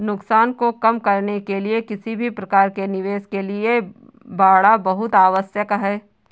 नुकसान को कम करने के लिए किसी भी प्रकार के निवेश के लिए बाड़ा बहुत आवश्यक हैं